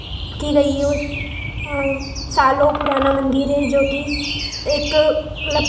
की गई है उस सालों पुराना मंदिर है जो कि एक मतलब